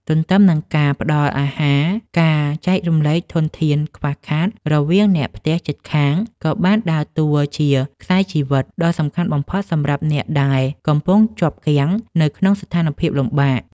ទន្ទឹមនឹងការផ្ដល់អាហារ ការចែករំលែកធនធានខ្វះខាតរវាងអ្នកផ្ទះជិតខាង ក៏បានដើរតួជា ខ្សែជីវិត ដ៏សំខាន់បំផុតសម្រាប់អ្នកដែលកំពុងជាប់គាំងនៅក្នុងស្ថានភាពលំបាក។